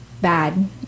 bad